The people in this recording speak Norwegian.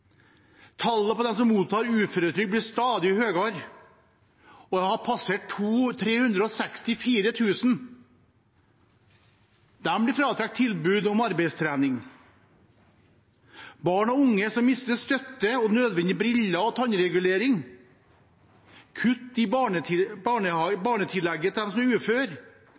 Tallet på dem som mottar uføretrygd, blir stadig høyere og har passert 364 000. De blir fratatt tilbud om arbeidstrening. Barn og unge mister støtte til briller og tannregulering. Det er kutt i barnetillegget til dem som er